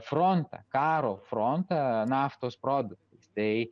frontą karo frontą naftos produktais tai